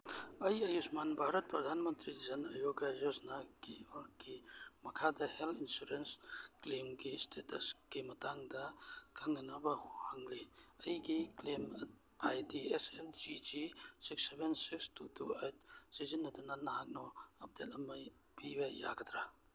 ꯑꯩ ꯑꯌꯨꯁꯃꯥꯟ ꯚꯥꯔꯠ ꯄ꯭ꯔꯙꯥꯟ ꯃꯟꯇ꯭ꯔꯤ ꯖꯟ ꯑꯔꯣꯒ꯭ꯌꯥ ꯌꯣꯖꯅꯥꯒꯤ ꯃꯈꯥꯗ ꯍꯦꯜꯠ ꯏꯟꯁꯨꯔꯦꯟꯁ ꯀ꯭ꯂꯦꯝꯒꯤ ꯏꯁꯇꯦꯇꯁꯀꯤ ꯃꯇꯥꯡꯗ ꯈꯪꯅꯅꯕ ꯍꯪꯂꯤ ꯑꯩꯒꯤ claim I D S M G G six seven six two two eight ꯁꯤꯖꯤꯟꯅꯗꯨꯅ ꯅꯍꯥꯛꯅ ꯑꯞꯗꯦꯠ ꯑꯃ ꯄꯤꯕ ꯌꯥꯒꯗ꯭ꯔ